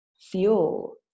fuel